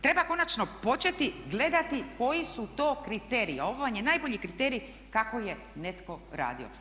Treba konačno početi gledati koji su to kriteriji, a ovo vam je najbolji kriterij kako je netko radio.